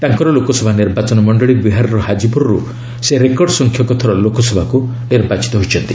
ତାଙ୍କର ଲୋକସଭା ନିର୍ବାଚନ ମଣ୍ଡଳୀ ବିହାରର ହାକ୍ପୁରରୁ ସେ ରେକର୍ଡ଼ ସଂଖ୍ୟକ ଥର ଲୋକସଭାକୁ ନିର୍ବାଚିତ ହୋଇଛନ୍ତି